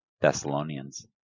Thessalonians